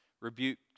rebuke